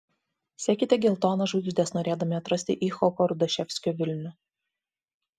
sekite geltonas žvaigždes norėdami atrasti icchoko rudaševskio vilnių